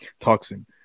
toxin